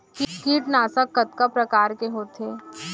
कीटनाशक कतका प्रकार के होथे?